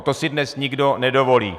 To si dnes nikdo nedovolí.